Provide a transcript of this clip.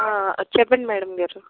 చెప్పండి మ్యాడమ్ గారు